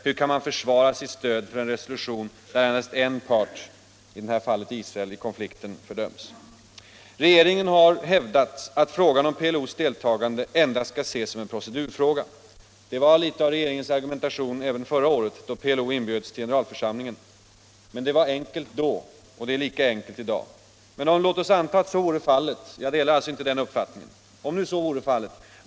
Hur kan man försvara sitt stöd för en resolution där endast en part i en konflikt — i det här fallet Israel — fördöms? Regeringen har hävdat att frågan om PLO:s deltagande i säkerhetsrådet endast skall ses som en procedurfråga. Det var litet av regeringens argumentation även förra året, då PLO inbjöds till generalförsamlingen. Men det var ett för enkelt resonemang då, och det är lika enkelt nu. Låt oss anta att så vore fallet — jag delar alltså inte den uppfattningen.